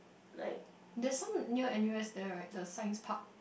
like